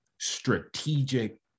strategic